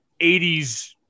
80s